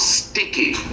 sticky